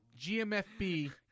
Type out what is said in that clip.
GMFB